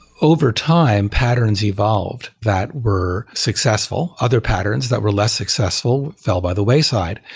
over time, patterns evolved that were successful. other patterns that were less successful fell by the wayside.